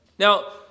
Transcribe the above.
Now